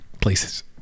places